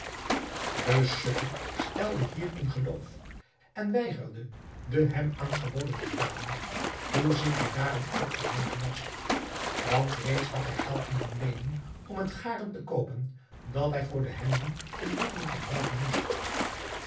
de sukkel stelde hierin geloof en weigerde de hem aangeboden betaling hoezeer hij daarom ook verlegen was want reeds had hij geld moeten leenen om het garen te koopen dat hij voor de hemden en broeken gebruiken moest